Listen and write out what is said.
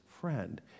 friend